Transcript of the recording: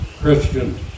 Christian